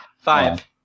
Five